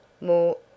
More